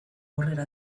aurrera